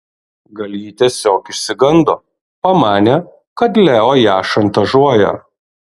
gal ji tiesiog išsigando pamanė kad leo ją šantažuoja